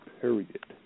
period